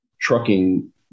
trucking